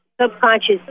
subconscious